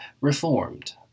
reformed